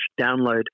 download